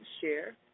share